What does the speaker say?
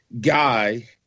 guy